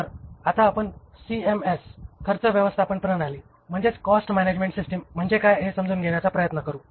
तर आता आपण सीएमएस खर्च व्यवस्थापन प्रणाली म्हणजे काय हे समजून घेण्याचा प्रयत्न करूया